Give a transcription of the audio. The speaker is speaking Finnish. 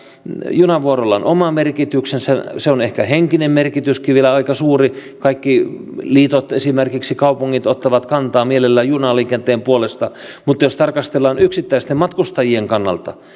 junavuoroilla on oma merkityksensä ehkä henkinen merkityskin on vielä aika suuri kaikki liitot ja esimerkiksi kaupungit ottavat mielellään kantaa junaliikenteen puolesta mutta jos tarkastellaan yksittäisten matkustajien kannalta